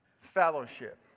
fellowship